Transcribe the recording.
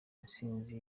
intsinzi